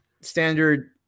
standard